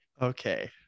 Okay